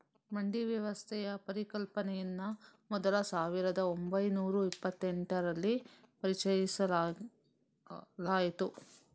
ಮಂಡಿ ವ್ಯವಸ್ಥೆಯ ಪರಿಕಲ್ಪನೆಯನ್ನ ಮೊದಲು ಸಾವಿರದ ಒಂಬೈನೂರ ಇಪ್ಪತೆಂಟರಲ್ಲಿ ಪರಿಚಯಿಸಲಾಯ್ತು